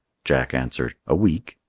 jack answered, a week.